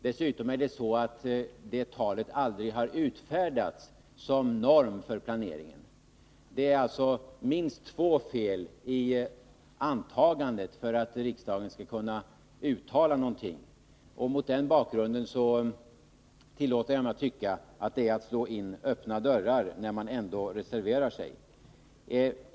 Dessutom har talet aldrig utfärdats såsom norm för planeringen. Det är alltså minst två fel i antagandet att riksdagen skulle kunna uttala någonting. Mot den bakgrunden tillåter jag mig tycka att det är att slå in öppna dörrar, när man ändå reserverar sig.